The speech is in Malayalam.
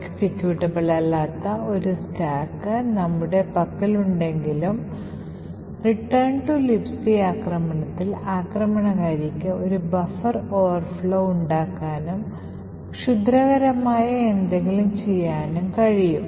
എക്സിക്യൂട്ടബിൾ അല്ലാത്ത ഒരു സ്റ്റാക്ക് നമ്മുടെ പക്കലുണ്ടെങ്കിലും Return to Libc ആക്രമണത്തിൽ ആക്രമണകാരിക്ക് ഒരു ബഫർ overflow ഉണ്ടാക്കാനും ക്ഷുദ്രകരമായ എന്തെങ്കിലും ചെയ്യാനും കഴിയും